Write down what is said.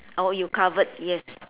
oh you covered yes